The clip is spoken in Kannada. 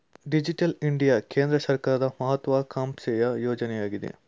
ಡಿಜಿಟಲ್ ಇಂಡಿಯಾ ಕೇಂದ್ರ ಸರ್ಕಾರದ ಮಹತ್ವಾಕಾಂಕ್ಷೆಯ ಯೋಜನೆಯಗಿದೆ